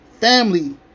family